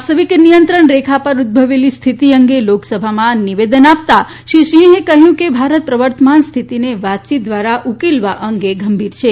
વાસ્તવિક નિયંત્રણ રેખા પર ઉદભવેલી સ્થિતિ અંગે લોકસભામાં નિવેદન રખાતા શ્રી સિંહે કહયું કે ભારત પ્રવર્તમાન સ્થિતિને વાતચીત ધ્વારા ઉકેલવા અંગે ગંભીર છે